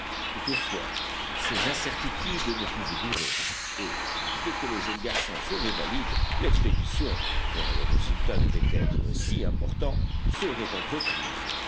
toutefois ces incertitudes ne pouvaient durer et dès que le jeune garçon serait valide l'expédition dont le résultat devait être si important serait entreprise